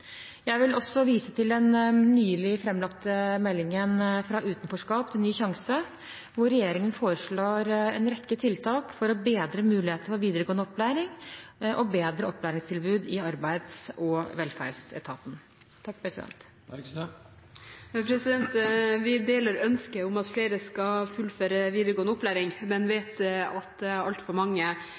Jeg vil også vise til den nylig framlagte meldingen «Fra utenforskap til ny sjanse», hvor regjeringen foreslår en rekke tiltak for bedre muligheter for videregående opplæring og bedre opplæringstilbud i Arbeids- og velferdsetaten. Vi deler ønsket om at flere skal fullføre videregående opplæring, men vet at altfor mange